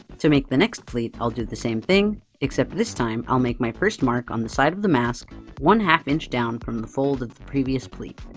to make the next pleat, i'll do the same thing, except this time, i'll make my first mark on the side of the mask one two inch down from the fold of the previous pleat.